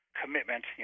commitment